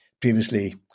previously